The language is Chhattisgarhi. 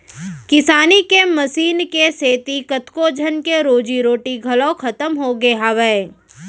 किसानी के मसीन के सेती कतको झन के रोजी रोटी घलौ खतम होगे हावय